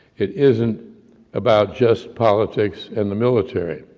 it isn't about just politics in the military,